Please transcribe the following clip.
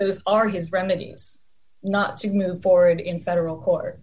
those are his remedy is not to move forward in federal court